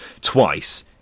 twice